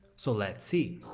so let's see.